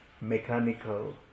mechanical